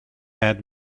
had